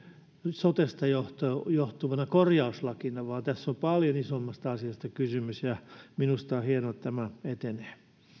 sotesta johtuvana johtuvana korjauslakina vaan tässä on paljon isommasta asiasta kysymys ja minusta on hienoa että tämä etenee